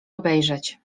obejrzeć